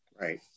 Right